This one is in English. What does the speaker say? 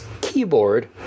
keyboard